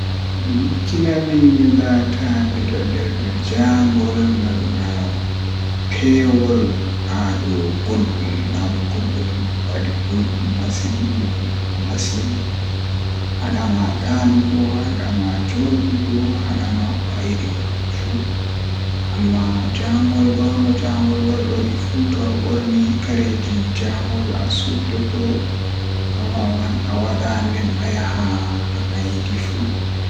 Ndikkinami mi laata midon nder jaangol malla pewol haadow guldum ngam guldum to wadi guldum masin dum masibo, Hadama daanugo hadama juulugo hadama ko ayidi wadugo fuu amma jango mo jango wadori fuu to aborni kare jangol asuddoto awawan awada nden ayaha haa ayidi fu.